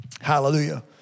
Hallelujah